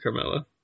Carmella